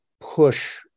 push